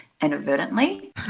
inadvertently